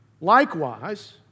Likewise